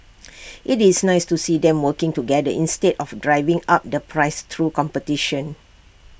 IT is nice to see them working together instead of driving up the price through competition